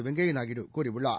வெங்கய்யா நாயுடு கூறியுள்ளார்